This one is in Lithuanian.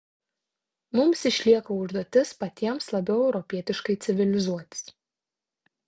mums išlieka užduotis patiems labiau europietiškai civilizuotis